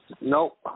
Nope